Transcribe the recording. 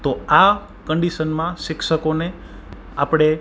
તો આ કંડિસનમાં શિક્ષકોને આપડે